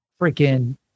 freaking